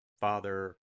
Father